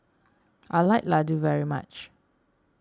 I like Ladoo very much